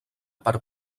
per